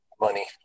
money